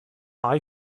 eye